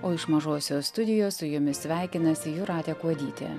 o iš mažosios studijos su jumis sveikinasi jūratė kuodytė